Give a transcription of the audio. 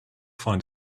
find